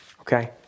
okay